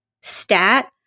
stat